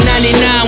99